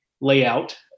layout